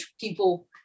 people